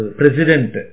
president